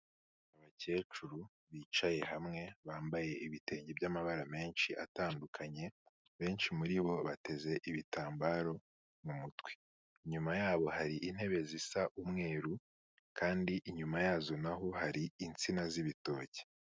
Abakecuru bicaye hamwe, bambaye ibitenge by'amabara menshi atandukanye, benshi muri bo bateze ibitambaro mu mutwe, inyuma yabo hari intebe zisa umweru, kandi inyuma yazo na ho hari insina z'ibitoki.